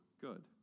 good